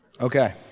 Okay